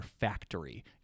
factory